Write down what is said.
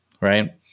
right